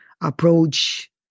approach